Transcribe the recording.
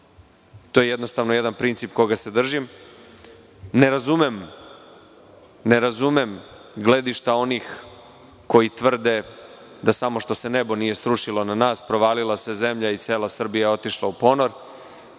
To je jednostavno jedan princip koga se držim. Ne razumem gledišta onih koji tvrde da samo što se nebo nije srušilo na nas, provalila se zemlja i cela Srbija otišla u ponor,